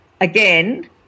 Again